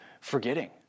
forgetting